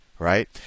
Right